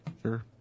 Sure